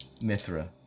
Mithra